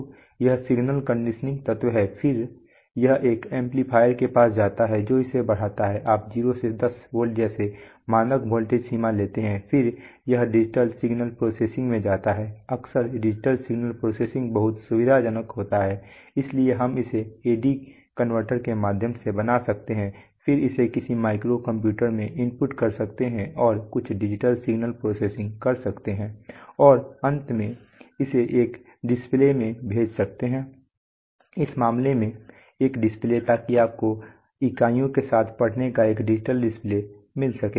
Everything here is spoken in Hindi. तो यह सिग्नल कंडीशनिंग तत्व हैं फिर यह एक एम्पलीफायर के पास जाता है जो इसे बढ़ाता है आप 0 से 10 वोल्ट जैसी मानक वोल्टेज सीमा लेते हैं फिर यह डिजिटल सिग्नल प्रोसेसिंग में जाता है अक्सर डिजिटल सिग्नल प्रोसेसिंग बहुत सुविधाजनक होता है है इसलिए हम इसे एडी कनवर्टर के माध्यम से बना सकते हैं फिर इसे किसी माइक्रो कंप्यूटर में इनपुट कर सकते हैं और कुछ डिजिटल सिग्नल प्रोसेसिंग कर सकते हैं और अंत में इसे एक डिस्प्ले में भेज सकते हैं इस मामले में एक डिस्प्ले ताकि आपको इकाइयों के साथ पढ़ने का एक डिजिटल डिस्प्ले मिल सके